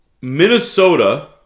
Minnesota